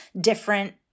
different